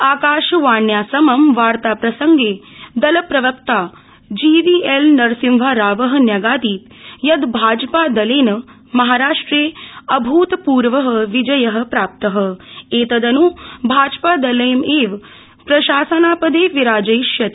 आकाशवाण्या समं वार्ताप्रसंगे दलप्रवक्ता G V L Narasimha Rao न्यगादीत यत् भाज ादलेन महाराष्ट्रे अभूतप्र्वे विजय प्राप्त एतदन् भाज ादलमेव प्रशासन दे विराजयिष्यते